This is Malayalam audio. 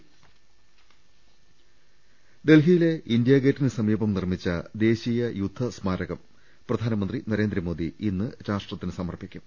ള ൽ ൾ ൽ ൾ ൾ ൾ ൾ ൾ ൽ ഡൽഹിയിലെ ഇന്ത്യാ ഗേറ്റിന് സമീപം നിർമിച്ച ദേശീയ യുദ്ധ സ്മാരകം പ്രധാനമന്ത്രി നരേന്ദ്രമോദി ഇന്ന് രാഷ്ട്രത്തിന് സമർപ്പി ക്കും